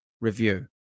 review